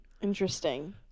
Interesting